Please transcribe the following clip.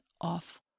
off